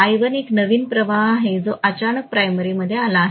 I1 एक नवीन प्रवाह आहे जो अचानक प्राइमरीमध्ये आला आहे